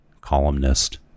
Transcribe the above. columnist